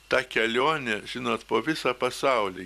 ta kelionė žinot po visą pasaulį